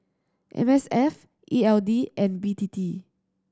M S F E L D and B T T